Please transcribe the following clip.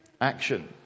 action